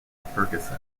ferguson